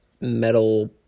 metal